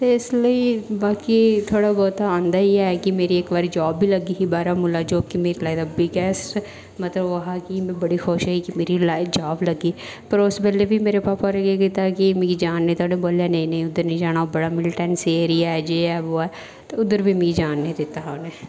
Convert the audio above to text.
ते इस लेई थोह्ड़ा बहुत आंदा ई थोह्ड़ा कि इक्क बारी मेरी जॉब बी लग्गी ही बारामूला च कि जेह्ड़ी मेरी लाईफ दी बिगेस्ट ओह् हा कि मतलब मेरी जॉब लग्गी ते उस बेल्लै बी मेरे भापा होरें केह् कीता की मिगी जान निं दित्ता ते बोल्ले नेईं नेईं नेईं उत्थै निं जाना ओह् बड़ा मिलीटैंसी एरिया ऐ जो वो ना ना ना ते उद्धर बी मिगी जान निं दित्ता हा उ'नें